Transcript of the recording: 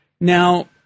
Now